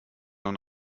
und